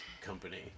company